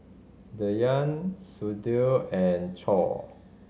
Dhyan Sudhir and Choor